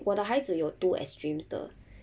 我的孩子有 two extremes 的